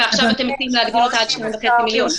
ועכשיו אתם רוצים להגדיל אותה עד 2.5 מיליון.